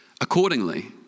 accordingly